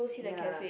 ya